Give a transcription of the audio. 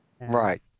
Right